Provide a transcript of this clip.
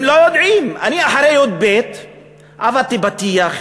הם לא יודעים, אני אחרי י"ב עבדתי בטיח,